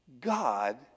God